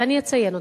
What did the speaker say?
ואני אציין: